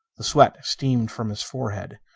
the sweat streamed from his forehead.